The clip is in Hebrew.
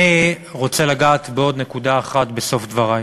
אני רוצה לגעת בעוד נקודה אחת בסוף דברי.